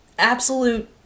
absolute